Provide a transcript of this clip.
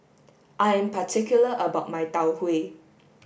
I am particular about my Tau Huay